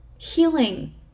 Healing